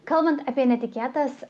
kalbant apie netikėtas